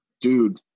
dude